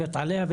זו,